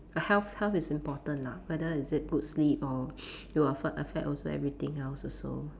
err health health is important lah whether is it good sleep or it will affect affect also everything else also